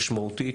משמעותית,